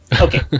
Okay